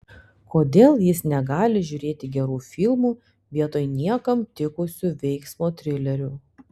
kodėl jis negali žiūrėti gerų filmų vietoj niekam tikusių veiksmo trilerių